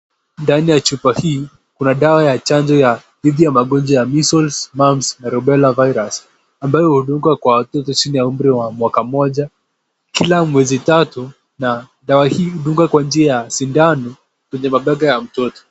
Ndani ya chupa hii Kuna dawa ya chanjo ya dhidi ya Magonjwa ya measles, mumps na rubella virus .Ambayo udungwa kwa watoto chini ya umri wa mwaka moja. Kila mwezi tatu na dawa hii udungwa kwa njia ya sindano kwenye mabega ya mtoto.